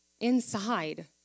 inside